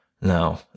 No